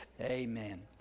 Amen